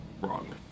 Wrong